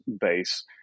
base